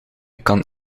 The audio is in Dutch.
kan